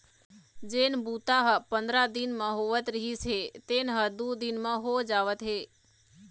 जेन बूता ह पंदरा दिन म होवत रिहिस हे तेन ह दू दिन म हो जावत हे